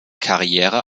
karriere